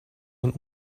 man